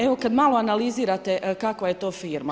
Evo, kad malo analizirate kakva je to firma.